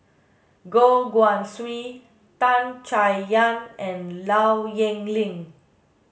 Goh Guan Siew Tan Chay Yan and Low Yen Ling